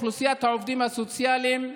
אוכלוסיית העובדים הסוציאליים,